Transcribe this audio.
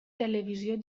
televisió